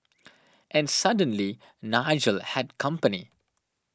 and suddenly Nigel had company